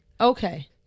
okay